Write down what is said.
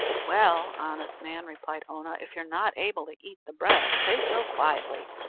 well, honest man, replied oonagh, if you're not able to eat the bread, say so quietly,